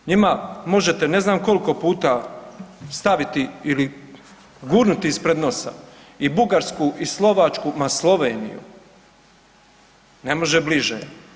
Njima možete ne znam koliko puta staviti ili gurnuti ispred nosa i Bugarsku i Slovačku, ma Sloveniju, ne može bliže.